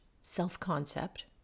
self-concept